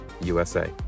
USA